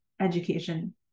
education